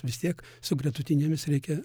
vis tiek su gretutinėmis reikia